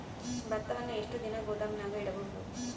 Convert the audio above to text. ಭತ್ತವನ್ನು ಎಷ್ಟು ದಿನ ಗೋದಾಮಿನಾಗ ಇಡಬಹುದು?